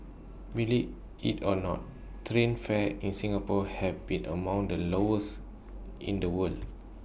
believe IT or not train fares in Singapore have been among the lowest in the world